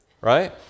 Right